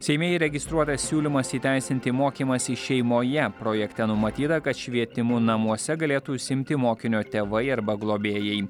seime įregistruotas siūlymas įteisinti mokymąsi šeimoje projekte numatyta kad švietimu namuose galėtų užsiimti mokinio tėvai arba globėjai